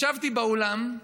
ישבתי באולם,